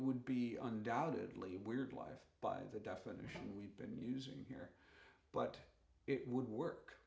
would be undoubtedly weird live by the definition we've been using here but it would work